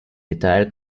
detail